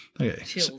Okay